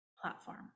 platform